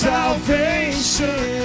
Salvation